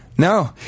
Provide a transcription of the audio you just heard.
No